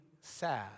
sad